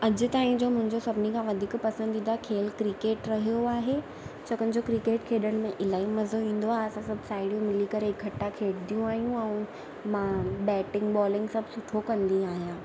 अॼु ताईं जो मुंहिंजो सभिनी खां वधीक पसंदीदा खेलु क्रिकेट रहियो आहे छाकाणि जो क्रिकेट खेॾण में इलाही मज़ो ईंदो आहे असां सभु साहेड़ियूं मिली करे इकठ्ठा खेॾंदियूं आहियूं ऐं मां बैटिंग बॉलिंग सभु सुठो कंदी आहियां